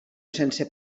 sense